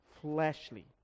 fleshly